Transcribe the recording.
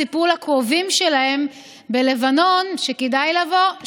סיפרו לקרובים שלהם בלבנון שכדאי לבוא,